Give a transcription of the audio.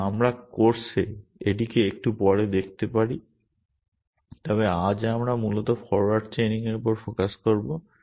এবং আমরা কোর্সে এটিকে একটু পরে দেখতে পারি তবে আজ আমরা মূলত ফরোয়ার্ড চেইনিংয়ের উপর ফোকাস করব